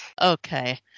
okay